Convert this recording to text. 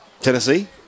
Tennessee